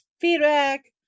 feedback